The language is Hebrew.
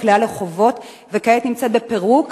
נקלעה לחובות וכעת היא נמצאת בפירוק,